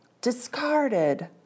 Discarded